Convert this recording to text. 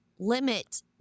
limit